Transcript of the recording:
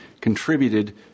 contributed